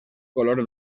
color